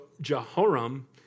Jehoram